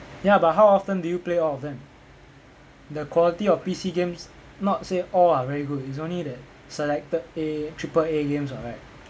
ya but how often do you play all of them the quality of P_C games not say all are very good is only that selected A triple A games [what] right